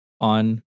on